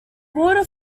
water